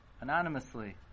anonymously